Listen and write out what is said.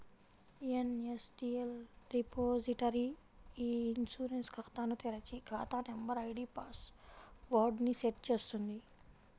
NSDL repository e insurance ఖాతాను తెరిచి, ఖాతా నంబర్, ఐడీ పాస్ వర్డ్ ని సెట్ చేస్తుంది